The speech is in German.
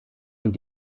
und